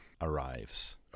arrives